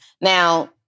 Now